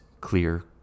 clear